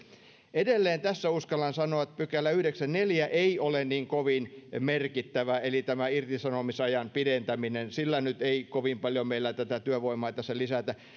edelleen tässä uskallan sanoa että yhdeksäskymmenesneljäs pykälä ei ole niin kovin merkittävä eli tämä irtisanomisajan pidentäminen sillä nyt ei kovin paljon meillä tätä työvoimaa tässä lisätä